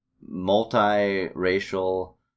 multi-racial